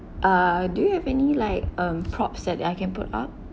err do you have any like um props that I can put up